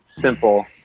simple